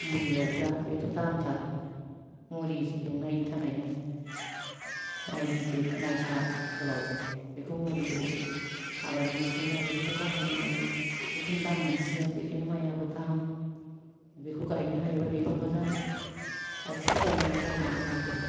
मुरि एवग्रा बेथ' दामथार मुरि एवनायनि थाखायनो माइ गिदिर माइसा गोलाव बेखौ मुरि एवो हाबानि सिजेनआव बेफोरखौ बाहायनानै बेखौनो दाम मोनसिनो बेखायनो माइयाबो दाम बेखौ गायनो हायोबा बेबो मोजां गासिबो गायनांगौ जायो बे माइखौबो